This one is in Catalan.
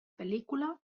pel·lícula